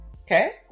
Okay